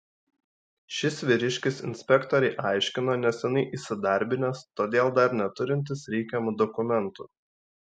šis vyriškis inspektorei aiškino neseniai įsidarbinęs todėl dar neturintis reikiamų dokumentų